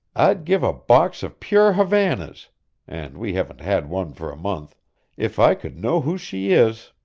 i'd give a box of pure havanas and we haven't had one for a month if i could know who she is!